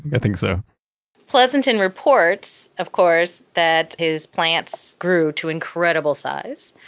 and think so pleasanton reports, of course, that his plants grew to incredible size.